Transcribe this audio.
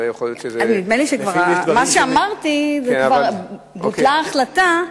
יכול להיות שזה, מה שאמרתי, שכבר בוטלה ההחלטה.